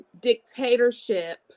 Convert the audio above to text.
dictatorship